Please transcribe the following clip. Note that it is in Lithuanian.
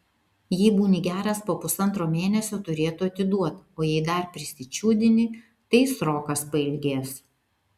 jei būni geras po pusantro mėnesio turėtų atiduot o jei dar prisičiūdini tai srokas pailgės